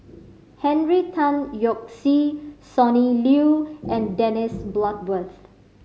Henry Tan Yoke See Sonny Liew and Dennis Bloodworth